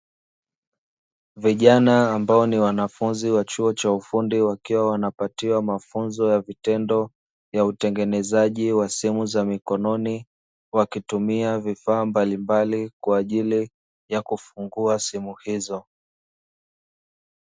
Vijana ambao ni wanafunzi wa chuo cha ufundi wakiwa wanapatiwa mafunzo ya vitendo ya utengenezaji wa simu za mikononi, wakitumia vifaa mbalimbaki kwa ajili ya kufungua simu hizo.